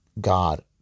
God